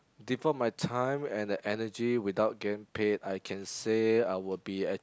devote my time and the energy without getting paid I can say I would be